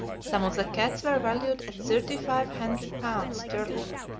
some of the cats were valued at thirty-five hundred pounds sterling